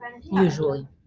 usually